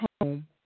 home